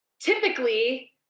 Typically